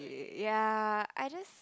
ya I just